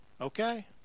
okay